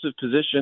position